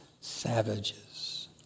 savages